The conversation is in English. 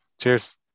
Cheers